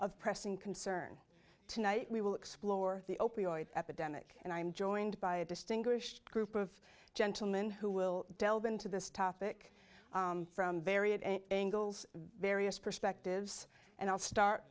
of pressing concern tonight we will explore the opioid epidemic and i'm joined by a distinguished group of gentlemen who will delve into this topic from various angles various perspectives and i'll start